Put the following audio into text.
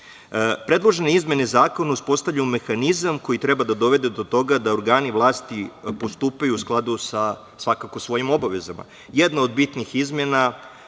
učine. Predložene izmene zakona uspostavljaju mehanizam koji treba da dovede do toga da organi vlasti postupaju u skladu sa svakako svojim obavezama. Jedna od bitnih izmena